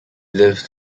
lived